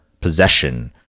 possession